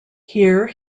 here